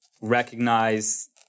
recognize